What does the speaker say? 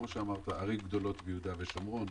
למשל ערים גדולות ביהודה ושומרון,